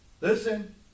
Listen